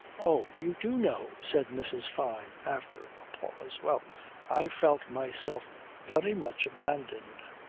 oh! you do know, said mrs. fyne after a pause. well i felt myself very much abandoned.